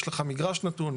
יש לך מגרש נתון,